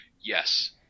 Yes